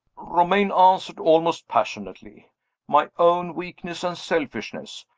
romayne answered, almost passionately my own weakness and selfishness!